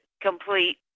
complete